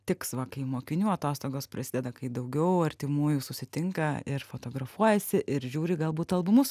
tiks va kai mokinių atostogos prasideda kai daugiau artimųjų susitinka ir fotografuojasi ir žiūri galbūt albumus